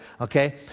okay